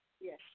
Yes